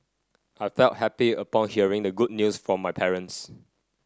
I felt happy upon hearing the good news from my parents